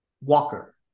Walker